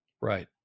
Right